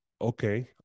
okay